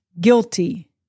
guilty